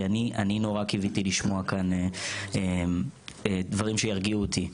כי אני נורא קיוויתי לשמוע כאן דברים שירגיעו אותי,